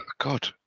god